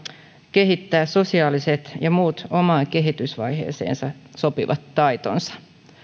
kehittää sosiaaliset ja muut omaan kehitysvaiheeseensa sopivat taitonsa